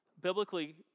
Biblically